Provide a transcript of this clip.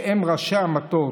שהם ראשי המטות,